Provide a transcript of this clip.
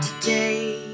today